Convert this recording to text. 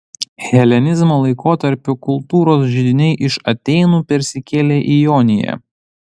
helenizmo laikotarpiu kultūros židiniai iš atėnų persikėlė į joniją